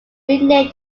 renamed